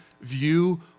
view